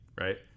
right